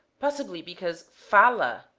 possibly because fala